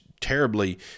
terribly